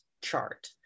chart